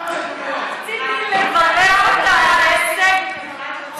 חבר הכנסת ג'מאל זחאלקה,